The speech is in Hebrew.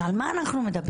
אז על מה אנחנו מדברים?